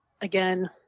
again